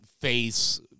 face